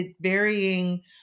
varying